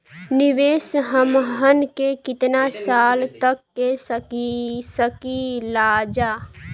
निवेश हमहन के कितना साल तक के सकीलाजा?